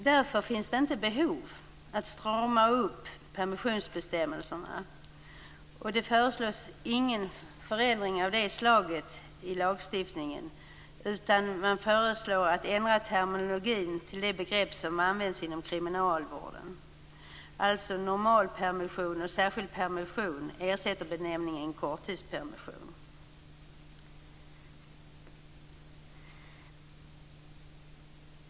Därför finns det inte behov av att strama upp permissionsbestämmelserna. Det finns inget förslag till ändring i lagstiftningen. I stället föreslås terminologin ändras till de begrepp som används inom kriminalvården. Normalpermission och särskild permission ersätter benämningen korttidspermission.